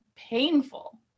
painful